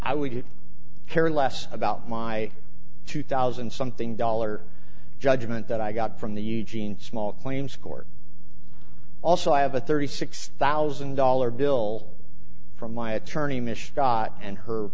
would care less about my two thousand something dollars judgment that i got from the eugene small claims court also i have a thirty six thousand dollar bill from my attorney mistah and her